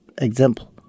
Example